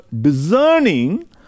discerning